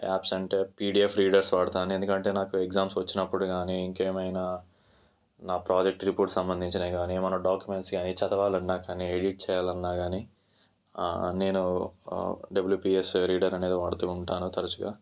apps అంటే PDF readers వాడతాను ఎందుకంటే నాకు ఎగ్జామ్స్ వచ్చిన్నపుడు గానీ ఇంకేమైనా నా ప్రాజెక్ట్ రిపోర్ట్ సంబంధించినవి గానీ ఏమన్నా డౌట్స్ ఉన్నా చదవాలన్నా గానీ ఎడిట్ చెయ్యాలన్నా గానీ నేను డబల్యూపిఎస్ రీడర్ అనేది వాడుతూ ఉంటాను తరచుగా